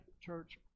church